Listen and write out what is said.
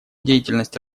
деятельность